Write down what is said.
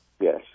yes